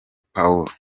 paulo